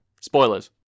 spoilers